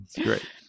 great